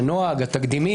הנוהג והתקדימים,